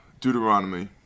Deuteronomy